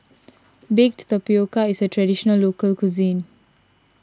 Baked Tapioca is a Traditional Local Cuisine